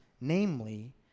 namely